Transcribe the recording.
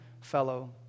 fellow